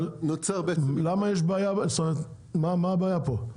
אבל מה הבעיה פה?